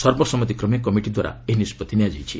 ସର୍ବସମ୍ମତିକ୍ରମେ କମିଟିଦ୍ୱାରା ଏହି ନିଷ୍କଭି ନିଆଯାଇଛି